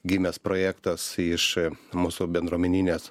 gimęs projektas iš mūsų bendruomeninės